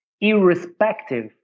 irrespective